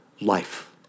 life